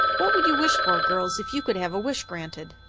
what would you wish for, girls, if you could have a wish granted?